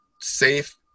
safe